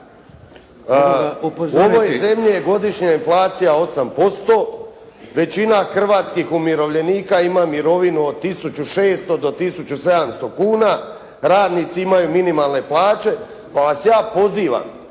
U ovoj zemlji je godišnja inflacija 8%, većina hrvatskih umirovljenika ima mirovinu od 1600 do 1700 kuna, radnici imaju minimalne plaće, pa vas ja pozivam